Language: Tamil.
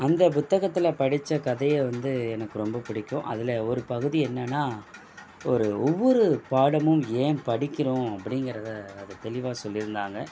அந்த புத்தகத்தில் படித்த கதையை வந்து எனக்கு ரொம்ப பிடிக்கும் அதில் ஒரு பகுதி என்னென்னால் ஒரு ஒவ்வொரு பாடமும் ஏன் படிக்கிறோம் அப்படிங்கிறத அது தெளிவாக சொல்லியிருந்தாங்க